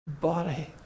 body